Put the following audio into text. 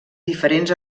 diferents